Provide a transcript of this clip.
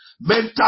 mental